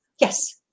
Yes